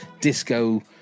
disco